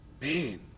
man